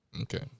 Okay